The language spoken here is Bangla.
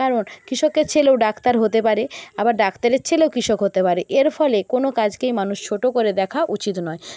কারণ কৃষকের ছেলেও ডাক্তার হতে পারে আবার ডাক্তারের ছেলেও কৃষক হতে পারে এর ফলে কোন কাজকেই মানুষ ছোটো করে দেখা উচিত নয়